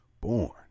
born